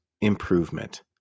improvement